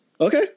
Okay